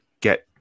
get